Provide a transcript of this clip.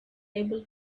able